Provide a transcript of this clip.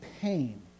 pain